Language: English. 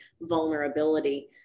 vulnerability